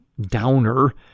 downer